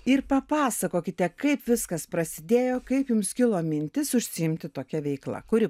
ir papasakokite kaip viskas prasidėjo kaip jums kilo mintis užsiimti tokia veikla kuri